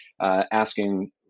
asking